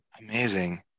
amazing